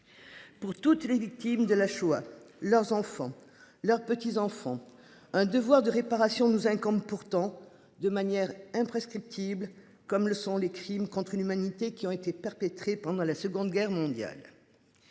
Pour toutes les victimes de la Shoah, leurs enfants, leurs petits-enfants. Un devoir de réparation nous incombe pourtant de manière imprescriptibles comme le sont les crimes contre une humanité qui auraient été perpétrés pendant la Seconde Guerre mondiale.